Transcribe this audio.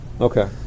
Okay